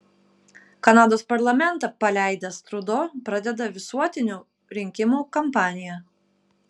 kanados parlamentą paleidęs trudo pradeda visuotinių rinkimų kampaniją